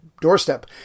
doorstep